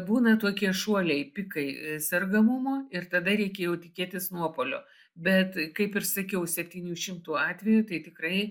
būna tokie šuoliai pikai sergamumo ir tada reikia jau tikėtis nuopuolio bet kaip ir sakiau septynių šimtų atvejų tai tikrai